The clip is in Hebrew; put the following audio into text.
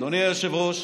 אדוני היושב-ראש,